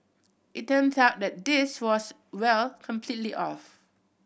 it turns out that this was well completely off